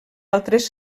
altres